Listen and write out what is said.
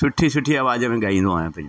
सुठी सुठी आवाज में ॻाईंदो आहियां पंहिंजो